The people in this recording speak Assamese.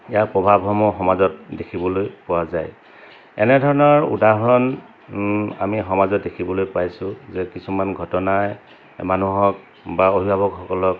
ইয়াৰ প্ৰভাৱসমূহ সমাজত দেখিবলৈ পোৱা যায় এনেধৰণৰ উদাহৰণ আমি সমাজত দেখিবলৈ পাইছোঁ যে কিছুমান ঘটনাই মানুহক বা অভিভাৱকসকলক